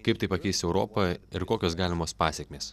kaip tai pakeis europą ir kokios galimos pasekmės